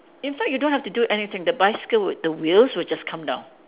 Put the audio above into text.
in fact you don't have to do anything the bicycle would the wheels will just come down